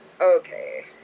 Okay